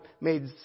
made